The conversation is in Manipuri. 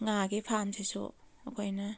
ꯉꯥꯒꯤ ꯐꯥꯝꯁꯤꯁꯨ ꯑꯩꯈꯣꯏꯅ